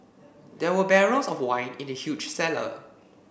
there were barrels of wine in the huge cellar